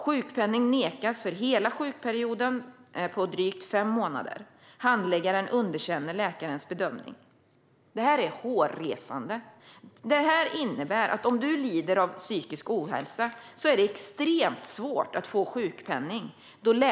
Sjukpenning nekas för hela sjukperioden på drygt fem månader. Handläggaren underkänner läkarens bedömning. Det här är hårresande. Detta innebär att det är extremt svårt att få sjukpenning om man lider av psykisk ohälsa.